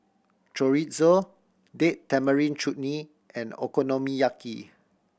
Chorizo Date Tamarind Chutney and Okonomiyaki